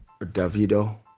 Davido